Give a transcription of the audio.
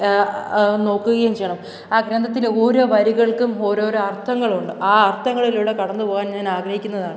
നോക്കുകയും ചെയ്യണം ആ ഗ്രന്ഥത്തിലെ ഓരോ വരികൾക്കും ഓരോ ഓരോ അർത്ഥങ്ങളുണ്ട് ആ അർത്ഥങ്ങളിലൂടെ കടന്നുപോകാൻ ഞാൻ ആഗ്രഹിക്കുന്നതാണ്